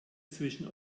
zwischen